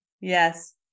Yes